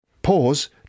pause